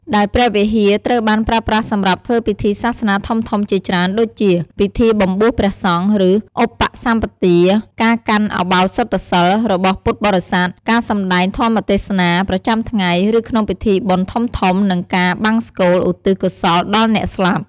ដែលព្រះវិហារត្រូវបានប្រើប្រាស់សម្រាប់ធ្វើពិធីសាសនាធំៗជាច្រើន ដូចជា ពិធីបំបួសព្រះសង្ឃ ឬ ឧបសម្បទា ការកាន់ឧបោសថសីល របស់ពុទ្ធបរិស័ទ ការសំដែងធម៌ទេសនា ប្រចាំថ្ងៃ ឬក្នុងពិធីបុណ្យធំៗ និងការបង្សុកូល ឧទ្ទិសកុសលដល់អ្នកស្លាប់។